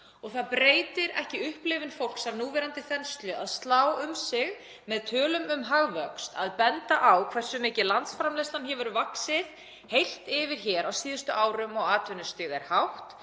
Það breytir ekki upplifun fólks af núverandi þenslu að slá um sig með tölum um hagvöxt og benda á hversu mikið landsframleiðslan hafi vaxið heilt yfir hér á síðustu árum og atvinnustig sé hátt.